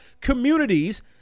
communities